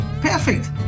Perfect